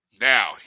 now